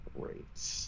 Great